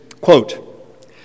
Quote